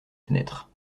fenêtres